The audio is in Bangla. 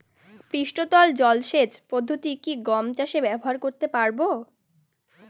পৃষ্ঠতল জলসেচ পদ্ধতি কি গম চাষে ব্যবহার করতে পারব?